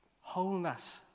Wholeness